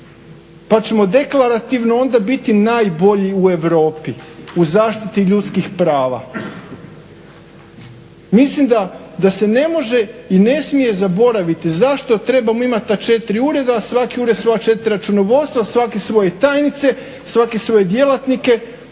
pa ćemo deklarativno onda biti najbolji u Europi u zaštiti ljudskih prava. Mislim da se ne može i ne smije zaboraviti zašto trebamo imati ta četiri ureda, a svaki ured svoja četiri računovodstva, svaki svoje tajnice, svaki svoje djelatnike.